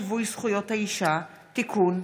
הצעת חוק שיווי זכויות האישה (תיקון,